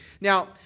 Now